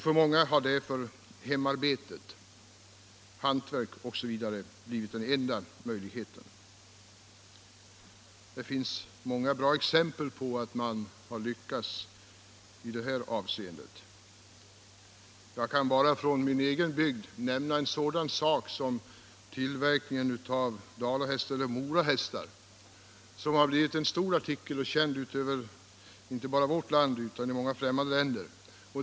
För många har hemarbete, hantverk, osv. blivit den enda möjligheten. Det finns många bra exempel på att man har lyckats i detta avseende. Jag kan från min egen bygd nämna tillverkningen av Morahästar, som blivit en stor artikel och blivit känd inte bara i vårt land utan i många främmande länder.